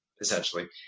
essentially